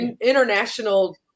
international